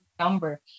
Number